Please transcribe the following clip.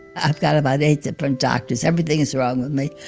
i've got about eight different doctors, everything is wrong with me,